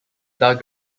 dug